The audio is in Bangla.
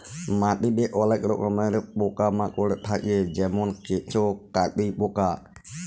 মাটিতে অলেক রকমের পকা মাকড় থাক্যে যেমল কেঁচ, কাটুই পকা